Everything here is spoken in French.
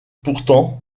pourtant